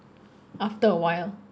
after awhile